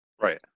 Right